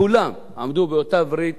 כולם עמדו באותה ברית